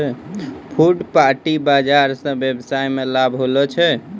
फुटपाटी बाजार स वेवसाय मे लाभ होलो छै